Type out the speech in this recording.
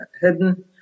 hidden